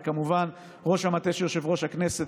וכמובן לראש המטה של יושב-ראש הכנסת,